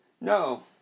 no